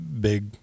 big